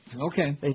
Okay